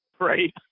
Right